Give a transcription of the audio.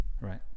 Right